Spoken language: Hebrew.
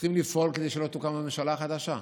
צריכים לפעול כדי שלא תוקם ממשלה חדשה.